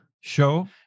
show